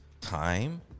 time